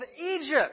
Egypt